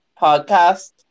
podcast